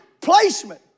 placement